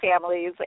families